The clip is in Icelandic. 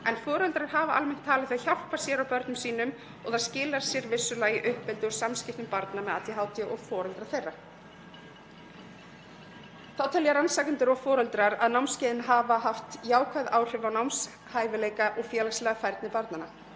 en foreldrar hafa almennt talið þau hjálpa sér og börnum sínum og það skilar sér vissulega í uppeldi og samskiptum barna með ADHD og foreldra þeirra. Þá telja rannsakendur og foreldrar að námskeiðin hafi haft jákvæð áhrif á námshæfileika og félagslega færni barnanna.